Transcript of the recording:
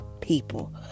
people